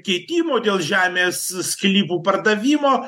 keitimo dėl žemės sklypų pardavimo